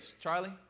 Charlie